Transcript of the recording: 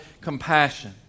compassion